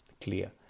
clear